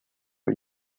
for